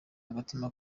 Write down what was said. agatima